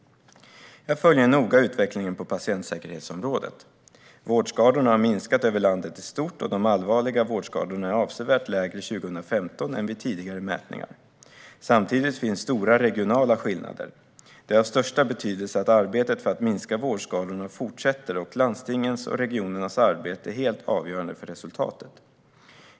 Jag följer noga utvecklingen på patientsäkerhetsområdet. Vårdskadorna har minskat över landet i stort, och de allvarliga vårdskadorna är avsevärt lägre 2015 än vid tidigare mätningar. Samtidigt finns stora regionala skillnader. Det är av största betydelse att arbetet för att minska vårdskadorna fortsätter, och landstingens och regionernas arbete är helt avgörande för resultatet.